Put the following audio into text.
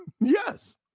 Yes